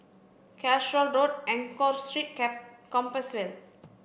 Calshot Road Enggor Street Cap Compassvale